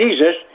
Jesus